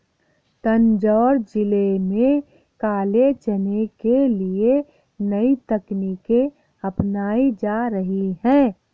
तंजौर जिले में काले चने के लिए नई तकनीकें अपनाई जा रही हैं